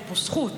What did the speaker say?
יש פה זכות,